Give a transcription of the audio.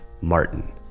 Martin